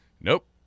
Nope